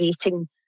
creating